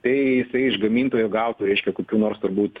tai jisai iš gamintojo gautų reiškia kokių nors turbūt